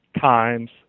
times